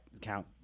count